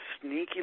sneaky